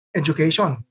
education